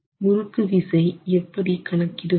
முறுக்கு விசை எப்படி கணக்கிடுவது